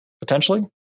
potentially